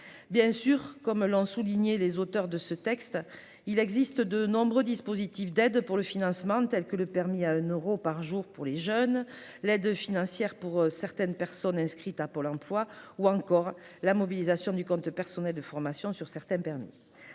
Bien entendu, comme l'ont souligné les auteurs du texte, il existe de nombreux dispositifs d'aide pour le financement, comme le permis à un euro par jour pour les jeunes, l'aide financière pour certaines personnes inscrites à Pôle emploi ou encore la mobilisation du compte personnel de formation pour certains permis.